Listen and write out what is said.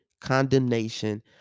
condemnation